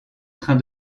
train